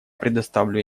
предоставлю